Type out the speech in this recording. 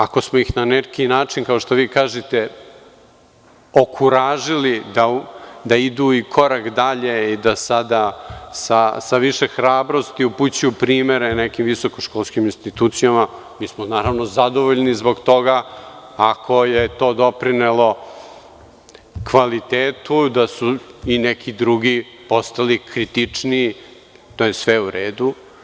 Ako smo ih na neki način, kao što kažete, okuražili da idu i korak dalje i da sada sa više hrabrosti upućuju primedbe nekim visokoškolskim ustanovama, mi smo zadovoljni zbog toga, ako je to doprinelo kvalitetu da su i neki drugi postali kritičniji, to je sve u redu.